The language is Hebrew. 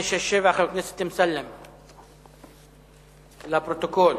נוכחת, לפרוטוקול.